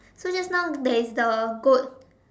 so just now there is the goat